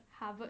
Harvard